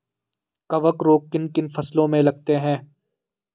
कवक रोग किन किन फसलों में लगते हैं?